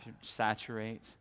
saturate